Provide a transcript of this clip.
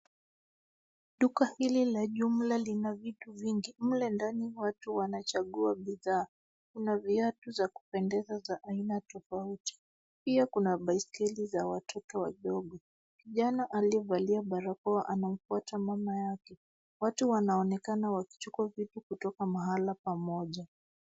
Duka hili la jumla lina vitu vingi. Mle ndani watu wanachagua bidhaa na viatu za kupendeza za aina tofauti. Pia kuna baiskeli za watoto wadogo. Kijana aliye valia barakoa anamfuata mama yake, watu wanaonekana wakichukua vitu kutoka mahala pamoja.